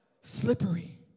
Slippery